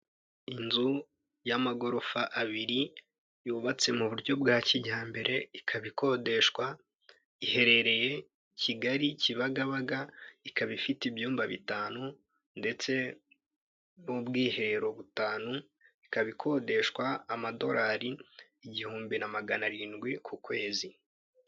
Inzu y'amagorofa abiri yubatse mu buryo bwa kijyambere ikaba ikodeshwa iherereye Kigali Kibagabaga ikaba ifite ibyumba bitanu ndetse n'ubwiherero butanu ikaba ikodeshwa amadorari igihumbi na magana arindwi ku kwezi.